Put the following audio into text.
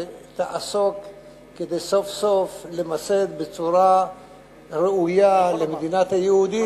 כדי למסד סוף-סוף בצורה ראויה למדינת היהודים,